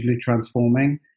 transforming